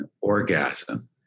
orgasm